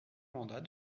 mandat